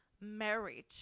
marriage